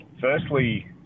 Firstly